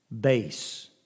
base